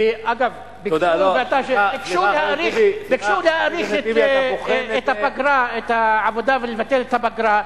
אגב, ביקשו להאריך את העבודה ולבטל את הפגרה.